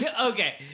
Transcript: Okay